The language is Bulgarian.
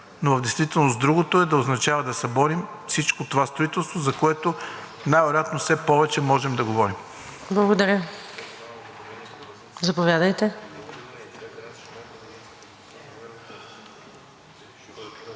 но в действителност другото да означава да съборим всичкото това строителство, за което най-вероятно все повече можем да говорим. ПРЕДСЕДАТЕЛ